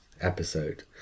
episode